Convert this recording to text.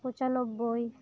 ᱯᱚᱸᱪᱟᱱᱚᱵᱽᱵᱳᱭ